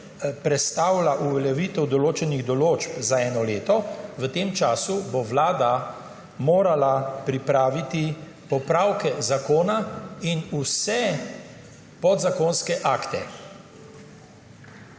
prestavlja uveljavitev določenih določb za eno leto, v tem času bo Vlada morala pripraviti popravke zakona in vse podzakonske akte,